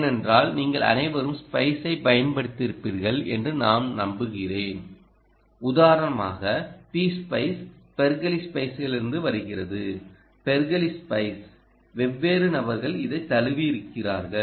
ஏனென்றால் நீங்கள் அனைவரும் ஸ்பைஸைப் பயன்படுத்தியிருப்பீர்கள் என்று நான் நம்புகிறேன் உதாரணமாக பி ஸ்பைஸ் பெர்க்லி ஸ்பைஸிலிருந்து வருகிறது பெர்க்லி ஸ்பைஸ் வெவ்வேறு நபர்கள் இதைத் தழுவியிருக்கிறார்கள்